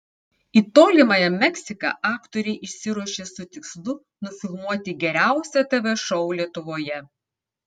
į tolimąją meksiką aktoriai išsiruošė su tikslu nufilmuoti geriausią tv šou lietuvoje